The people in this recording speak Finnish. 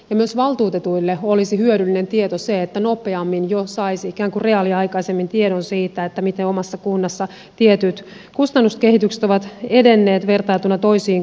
myös valtuutetuille olisi hyödyllinen se että nopeammin ikään kuin reaaliaikaisemmin saisi tiedon siitä miten omassa kunnassa tietyt kustannuskehitykset ovat edenneet vertailtuna toisiin kuntiin